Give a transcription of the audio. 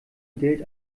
gilt